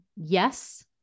yes